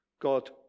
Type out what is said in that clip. God